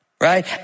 right